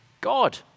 God